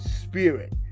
spirit